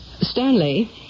Stanley